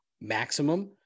maximum